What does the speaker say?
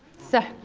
so,